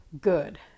good